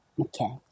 Okay